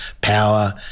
power